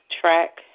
track